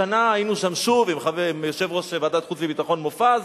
השנה היינו שם שוב עם יושב-ראש ועדת חוץ וביטחון מופז,